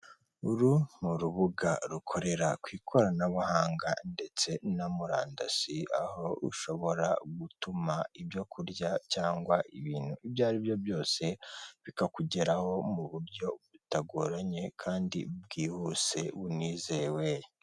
Uru ni urubuga rukorera ku ikoranabuhanga ndetse na murandasi aho ushobora gutuma ibyo kurya cyangwa ibintu ibyo aribyo byose bikakugeraho mu buryo butagoranye kandi bwihuse bunizewe.